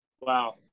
Wow